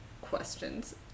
questions